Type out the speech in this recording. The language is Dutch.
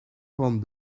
van